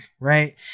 right